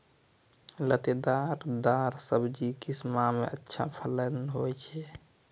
लतेदार दार सब्जी किस माह मे अच्छा फलन होय छै?